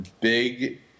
big